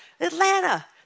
Atlanta